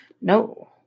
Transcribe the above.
No